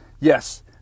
Yes